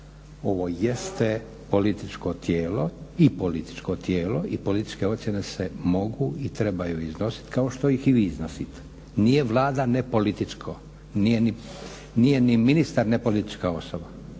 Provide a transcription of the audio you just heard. ovo jeste političko tijelo i političko tijelo i političke ocjene se mogu i trebaju iznositi, kao što ih i vi iznosite. Nije Vlada nepolitičko, nije ni ministar nepolitička osoba.